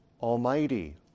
Almighty